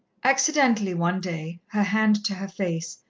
accidentally one day, her hand to her face,